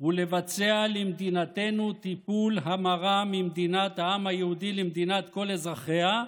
ולבצע למדינתנו טיפול המרה ממדינת העם היהודי למדינת כל אזרחיה,